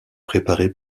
préparé